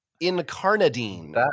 incarnadine